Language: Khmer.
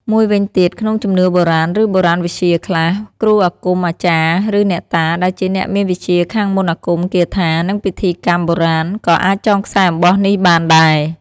មួយវិញទៀត ក្នុងជំនឿបុរាណ ឬបូរាណវិទ្យាខ្លះ គ្រូអាគម អាចារ្យ ឬអ្នកតា ដែលជាអ្នកមានវិជ្ជាខាងមន្តអាគមគាថា និងពិធីកម្មបុរាណ ក៏អាចចងខ្សែអំបោះនេះបានដែរ។